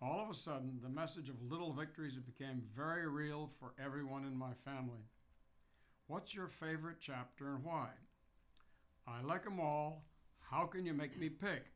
all of a sudden the message of little victories became very real for everyone in my family what's your favorite chapter and why i like them all how can you make me pick